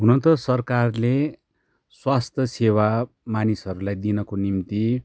हुनु त सरकारले स्वास्थ्य सेवा मानिसहरूलाई दिनको निम्ति